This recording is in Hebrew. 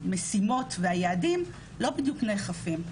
והמשימות והיעדים לא בדיוק נאכפים.